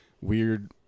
weird